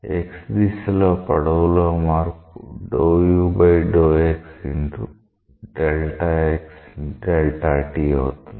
x దిశలో పొడవు లో మార్పు అవుతుంది